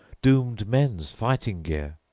doomed men's fighting-gear.